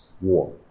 war